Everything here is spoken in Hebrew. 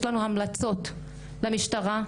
יש לנו המלצות במשטרה,